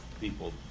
people